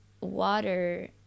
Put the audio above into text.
water